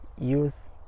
use